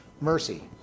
Mercy